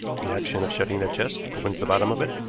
the action of shutting that chest opens the bottom of it,